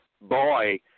boy